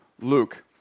Luke